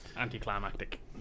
Anticlimactic